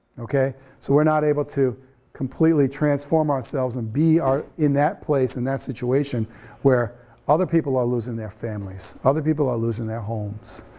okay? so we're not able to completely transform ourselves and be in that place, in that situation where other people are losin' their families, other people are losin' their homes.